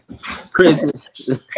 Christmas